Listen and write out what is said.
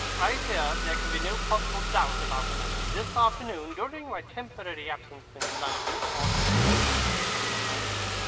i fear there can be no possible doubt about the matter. this afternoon during my temporary absence in london on an important question of romance,